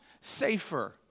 safer